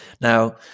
Now